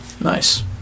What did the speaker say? Nice